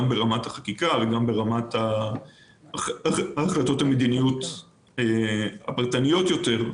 גם ברמת החקיקה וגם ברמת ההחלטות המדיניות הפרטניות יותר,